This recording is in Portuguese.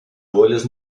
bolhas